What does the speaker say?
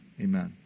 amen